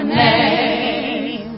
name